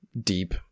deep